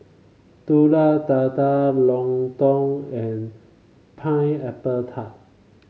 Telur Dadah lontong and Pineapple Tart